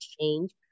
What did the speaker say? change